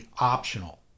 optional